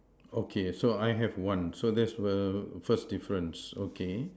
okay so I have one so that were first difference okay